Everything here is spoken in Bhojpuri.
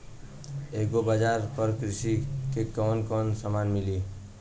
एग्री बाजार पर कृषि के कवन कवन समान मिली?